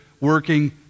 working